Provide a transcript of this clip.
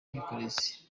ubwikorezi